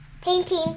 painting